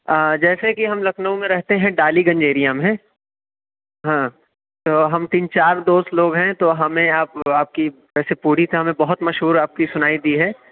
ہاں جیسے کہ ہم لکھنؤ میں رہتے ہیں ڈالی گنج ایریا میں ہاں تو ہم تین چار دوست لوگ ہیں تو ہمیں آپ آپ کی جیسے پوڑی کا ہمیں بہت مشہور آپ کی سُنائی دی ہے